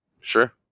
sure